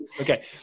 Okay